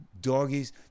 doggies